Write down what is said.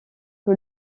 que